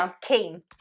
came